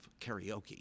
karaoke